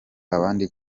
abandi